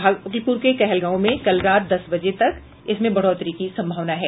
भागलपुर के कहलगांव में कल रात दस बजे तक इसमें बढ़ोतरी की संभावना है